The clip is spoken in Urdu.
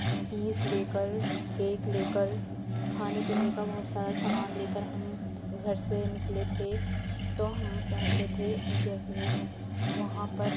چیز لے کر کیک لے کر کھانے پینے کا بہت سارا سامان لے کر ہم گھر سے نکلے تھے تو ہم پہنچے تھے انڈیا گیٹ وہاں پر